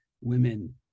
women